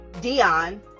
Dion